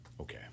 Okay